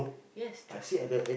yes trust me